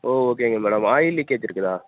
ஓ ஓகேங்க madam oil leakage இருக்குதா